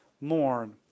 mourn